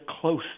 close